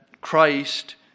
Christ